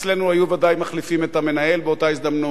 אצלנו היו ודאי מחליפים את המנהל באותה הזדמנות,